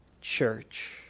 church